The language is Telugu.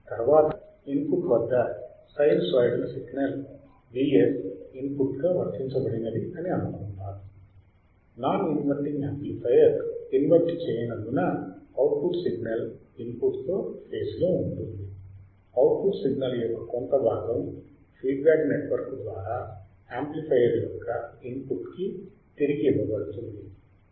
తరువాత ఇన్పుట్ వద్ద సైనుసోయిడల్ సిగ్నల్ Vs ఇన్పుట్ గా వర్తించబడినది అని అనుకుందాము నాన్ ఇంవర్టింగ్ యాంప్లిఫైయర్ ఇన్వర్ట్ చేయనందున అవుట్పుట్ సిగ్నల్ ఇన్పుట్ తో ఫేజ్ లో ఉంటుంది అవుట్పుట్ సిగ్నల్ యొక్క కొంత భాగం ఫీడ్ బ్యాక్ నెట్వర్క్ ద్వారా యాంప్లిఫైయర్ యొక్క ఇన్పుట్ కి తిరిగి ఇవ్వబడుతుంది